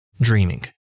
dreaming